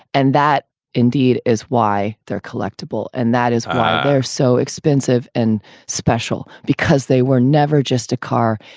and that indeed is why they're collectible. and that is why they're so expensive and special, because they were never just a car,